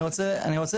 אני רוצה